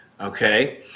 okay